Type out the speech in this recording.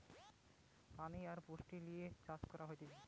aeroponics চাষের প্রক্রিয়া যাতে শুধু পানি আর পুষ্টি লিয়ে চাষ করা হতিছে